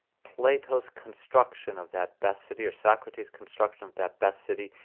plato's construction of that best city of socrates, construction of that best city,